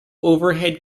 overhead